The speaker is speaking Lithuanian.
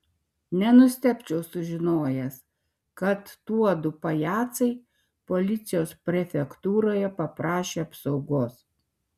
nenustebčiau sužinojęs kad tuodu pajacai policijos prefektūroje paprašė apsaugos